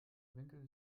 winkel